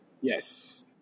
Yes